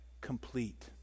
complete